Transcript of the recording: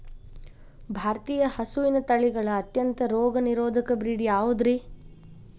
ಭಾರತೇಯ ಹಸುವಿನ ತಳಿಗಳ ಅತ್ಯಂತ ರೋಗನಿರೋಧಕ ಬ್ರೇಡ್ ಯಾವುದ್ರಿ?